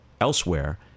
elsewhere